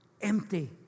empty